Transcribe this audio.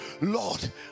Lord